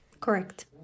Correct